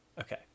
okay